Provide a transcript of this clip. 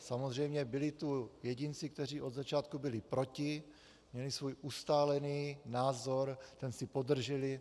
Samozřejmě byli tu jedinci, kteří od začátku byli proti, měli svůj ustálený názor, ten si podrželi.